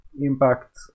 impact